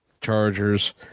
Chargers